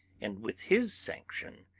and, with his sanction,